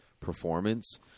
performance